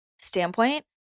standpoint